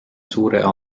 suure